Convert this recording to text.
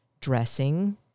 dressing